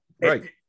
Right